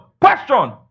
Question